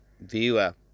viewer